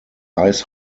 ice